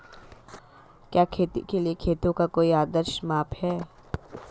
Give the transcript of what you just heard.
क्या खेती के लिए खेतों का कोई आदर्श माप है?